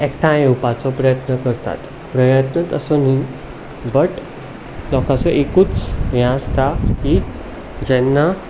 एकठांय येवपाचो प्रयत्न करतात प्रयत्नच असो न्हय बट लोकांचो एकूच हें आसता की जेन्ना